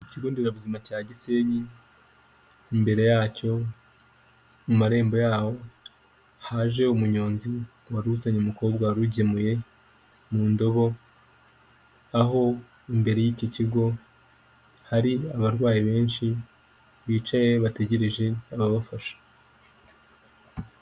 Ikigo nderabuzima cya gisenyi imbere yacyo mu marembo yaho haje umunyonzi wari uzanye umukobwa warugemuye mu ndobo aho imbere y'iki kigo hari abarwayi benshi bicaye bategereje ababafasha.